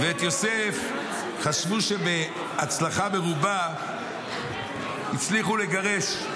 את יוסף חשבו שבהצלחה מרובה הצליחו לגרש,